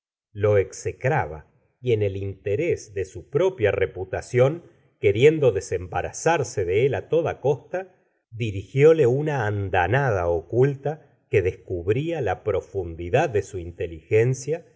lo execraba y en el interés de su propia reputación queriendo desembarazarse de él á toda costa dirigióle una lmteríri oculta que descubría la profundidad de su inteligencia